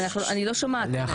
--- אני לא שומעת.